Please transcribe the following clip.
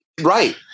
Right